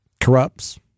corrupts